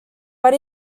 but